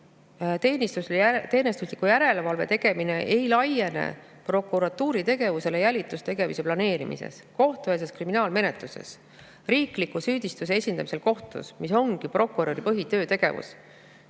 teenistusliku järelevalve tegemine ei laiene prokuratuuri tegevusele jälitustegevuse planeerimises, kohtueelses kriminaalmenetluses ja riikliku süüdistuse esindamisel kohtus, mis ongi prokuröri põhitöö ja ‑tegevus,